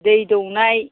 दै दौनाय